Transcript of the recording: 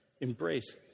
Embrace